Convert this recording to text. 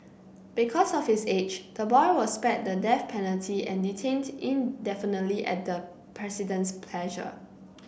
because of his age the boy was spared the death penalty and detained indefinitely at the President's pleasure